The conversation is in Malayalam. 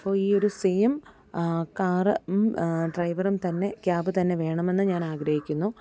അപ്പോൾ ഈയൊരു സെയിം കാറും ഡ്രൈവറും തന്നെ ക്യാബ് തന്നെ വേണമെന്ന് ഞാൻ ആഗ്രഹിക്കുന്നു